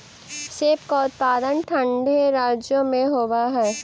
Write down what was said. सेब का उत्पादन ठंडे राज्यों में होव हई